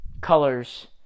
colors